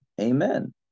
Amen